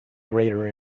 greater